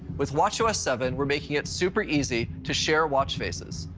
with watchos seven we're making it super easy to share watch faces,